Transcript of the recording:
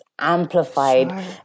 amplified